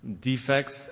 defects